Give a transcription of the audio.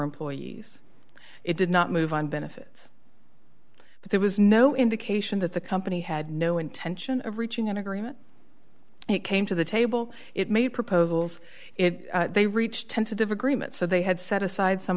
employees it did not move on benefits but there was no indication that the company had no intention of reaching an agreement and it came to the table it made proposals it they reached a tentative agreement so they had set aside some